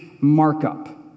markup